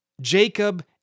Jacob